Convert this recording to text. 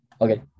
Okay